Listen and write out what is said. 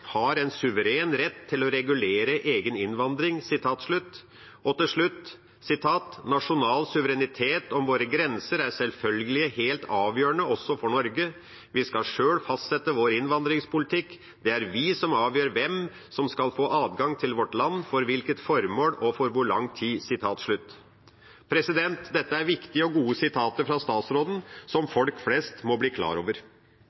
har en suveren rett til å regulere egen innvandring». Og til slutt: «Nasjonal suverenitet over våre grenser er selvfølgelig helt avgjørende også for Norge. Vi skal selv fastsette vår innvandringspolitikk. Det er vi som avgjør hvem som skal få adgang til vårt land, for hvilket formål og for hvor lang tid.» Dette er viktige og gode sitater fra utenriksministeren som folk flest må bli klar over.